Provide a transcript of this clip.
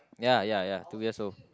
ya ya ya two years old